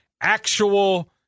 actual